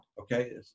Okay